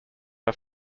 are